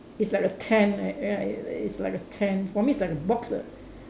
it's like a tent right ya it it's like a tent for me it's like a box err